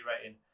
rating